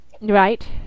Right